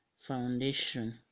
foundation